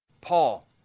Paul